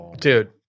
dude